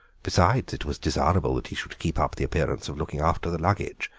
besides, it was desirable that he should keep up the appearance of looking after the luggage.